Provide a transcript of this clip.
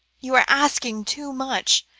you are asking too much.